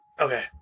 Okay